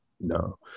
No